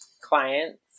clients